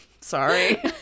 sorry